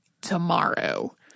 tomorrow